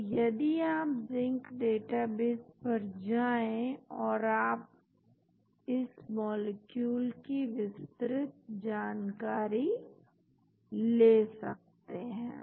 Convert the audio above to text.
तो यदि आप जिंक डेटाबेस पर जाएं और आप इस मॉलिक्यूल की विस्तृत जानकारी ले सकते हैं